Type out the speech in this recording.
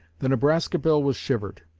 the nebraska bill was shivered,